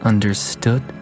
Understood